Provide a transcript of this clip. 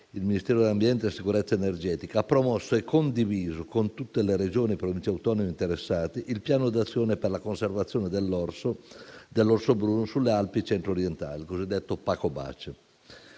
il Ministero dell'ambiente e della sicurezza energetica (MASE) ha promosso e condiviso, con tutte le Regioni e le Province autonome interessate, il Piano d'azione per la conservazione dell'orso bruno sulle Alpi centro-orientali, il cosiddetto Pacobace,